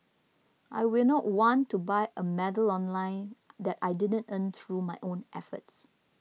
I will not want to buy a medal online that I didn't earn through my own efforts